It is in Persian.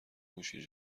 موشی